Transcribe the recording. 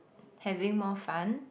having more fun